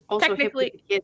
technically